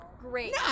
Great